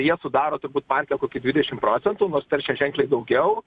jie sudaro turbūt parke kokių dvidešimt procentų nors per šia ženkliai daugiau